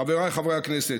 חבריי חברי הכנסת,